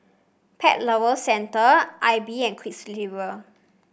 Pet Lovers Centre AIBI and Quiksilver